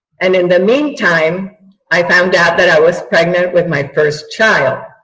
and in the meantime i found out that i was pregnant with my first child.